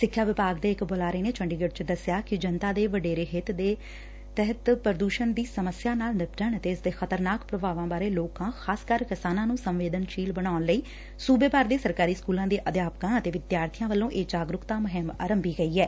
ਸਿੱਖਿਆ ਵਿਭਾਗ ਦੇ ਇੱਕ ਬੁਲਾਰੇ ਨੇ ਚੰਡੀਗੜ੍ਹ ਚ ਦੱਸਿਆ ਕਿ ਜਨਤਾ ਦੇ ਵਡੇਰੇ ਹਿੱਤਾਂ ਦੇ ਸੰਦਰਭ ਵਿੱਚ ਪ੍ਰਦੁਸ਼ਣ ਦੀ ਸਮੱਸਿਆ ਨਾਲ ਨਿਪਟਣ ਅਤੇ ਇਸ ਦੇ ਖਤਰਨਾਕ ਪ੍ਰਭਾਵਾਂ ਬਾਰੇ ਲੋਕਾਂ ਖਾਸ ਕਰ ਕਿਸਾਨਾਂ ਨੂੰ ਸੰਵੇਦਨਸ਼ੀਲ ਬਨਾਉਣ ਲਈ ਸੁਬੇ ਭਰ ਦੇ ਸਰਕਾਰੀ ਸਕੁਲਾਂ ਦੇ ਅਧਿਆਪਿਕਾਂ ਅਤੇ ਵਿਦਿਆਰਬੀਆਂ ਵੱਲੋ ਇਹ ਜਾਗਰੁਕਤਾ ਮੁਹਿੰਮ ਆਰੰਭੀ ਗਈ ਐ